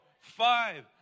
five